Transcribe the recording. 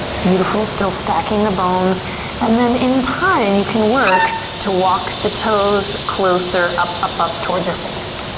beautiful, still stacking the bones and then in time you can work to walk the toes closer up, up, up towards your face.